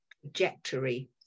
trajectory